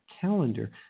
calendar